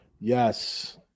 Yes